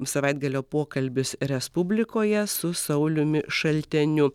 savaitgalio pokalbis respublikoje su sauliumi šalteniu